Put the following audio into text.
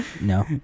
No